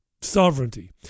sovereignty